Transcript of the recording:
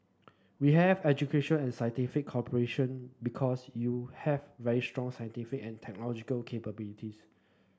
we have education and scientific cooperation because you have very strong scientific and technological capabilities